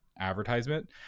advertisement